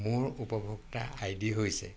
মোৰ উপভোক্তা I D হৈছে